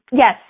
yes